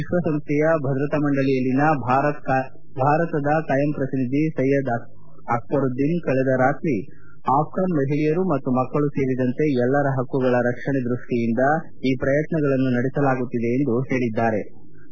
ವಿಶ್ವಸಂಸ್ಥೆಯ ಭದ್ರತಾ ಮಂಡಳಿಯಲ್ಲಿನ ಭಾರತದ ಕಾಯಂ ಪ್ರತಿನಿಧಿ ಸಯ್ಕದ್ ಅಕ್ಷರುದ್ದೀನ್ ಕಳೆದ ರಾತ್ರಿ ಆಫ್ಟನ್ ಮಹಿಳೆಯರು ಮತ್ತು ಮಕ್ಕಳು ಸೇರಿದಂತೆ ಎಲ್ಲರ ಹಕ್ಕುಗಳ ರಕ್ಷಣೆ ದೃಷ್ಟಿಯಿಂದ ಈ ಪ್ರಯತ್ನಗಳನ್ನು ನಡೆಸಲಾಗುತ್ತಿದೆ ಎಂದು ಹೇಳಿದ್ಗಾರೆ